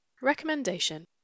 Recommendation